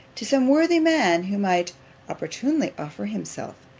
to some worthy man, who might opportunely offer himself.